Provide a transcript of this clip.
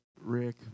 Rick